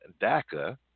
DACA